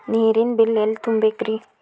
ನೇರಿನ ಬಿಲ್ ಎಲ್ಲ ತುಂಬೇಕ್ರಿ?